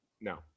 No